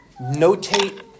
notate